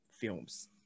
films